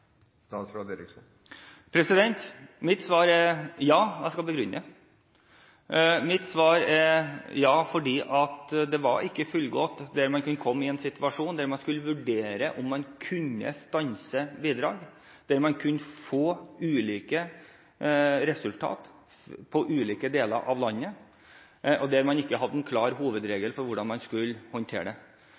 Mitt svar er ja, og jeg skal begrunne det. Mitt svar er ja fordi det var ikke fullgodt, da man kunne komme i en situasjon der man skulle vurdere om man kunne stanse bidrag, der man kunne få ulike resultater i ulike deler av landet, og der man ikke hadde en klar hovedregel for hvordan man skulle håndtere